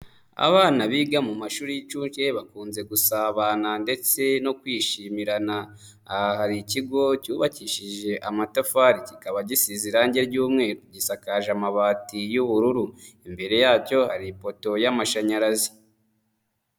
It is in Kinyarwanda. Abana biga mu mashuri y'incuke bakunze gusabana ndetse no kwishimirana. Ahari ikigo cyubakishije amatafari, kikaba gisize irangi ry'umweru, gisakaje amabati y'ubururu, imbere yacyo hari ipoto y'amashanyarazi.